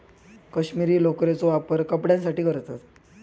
कश्मीरी लोकरेचो वापर कपड्यांसाठी करतत